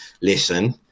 listen